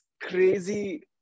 crazy